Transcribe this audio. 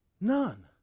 None